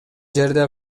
жерде